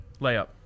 Layup